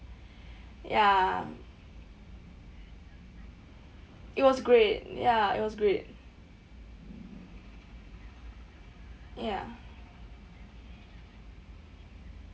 ya it was great ya it was great ya